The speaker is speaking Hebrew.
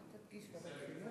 התרבות והספורט נתקבלה.